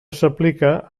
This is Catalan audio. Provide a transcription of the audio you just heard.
s’aplica